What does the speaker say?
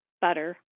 butter